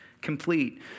complete